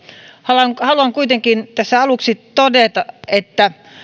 haluan haluan kuitenkin tässä aluksi todeta että